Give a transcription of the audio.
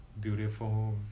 beautiful